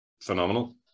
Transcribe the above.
phenomenal